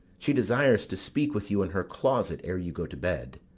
she desires to speak with you in her closet ere you go to bed.